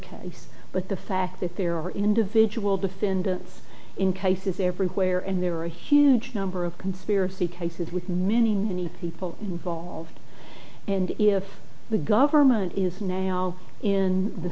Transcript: case but the fact that there are individual defendants in cases everywhere and there are a huge number of conspiracy cases with many many people involved and if the government is now in the